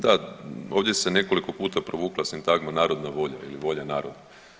Da, ovdje se nekoliko puta provukla sintagma narodna volja ili volja naroda.